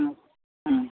ம் ம்